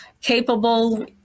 capable